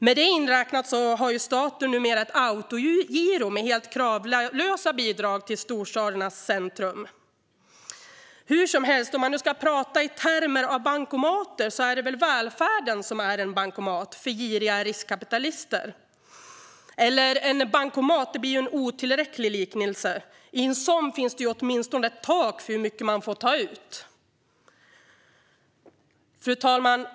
Med detta inräknat har staten numera ett autogiro med helt kravlösa bidrag till storstädernas centrum. Hur som helst, om man nu ska prata i termer av bankomater, är det väl välfärden som är en bankomat för giriga riskkapitalister. Men bankomat är en otillräcklig liknelse, för i en sådan finns det åtminstone ett tak för hur mycket man får ta ut. Fru talman!